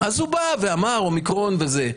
אז הוא בא ואמר, אומיקרון וזה.